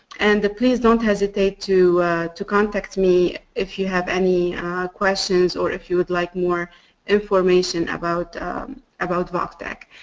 and please don't hesitate to to contact me if you have any questions or if you'd like more information about about voctec.